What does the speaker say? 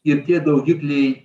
ir tie daugikliai